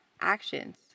actions